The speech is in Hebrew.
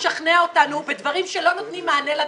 אבל אל תנסו לשכנע אותנו בדברים שלא נותנים מענה לציבור.